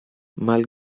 mal